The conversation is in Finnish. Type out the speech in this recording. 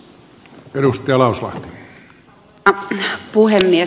arvoisa puhemies